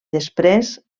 després